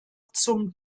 zum